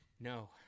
No